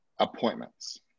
appointments